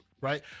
right